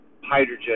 hydrogen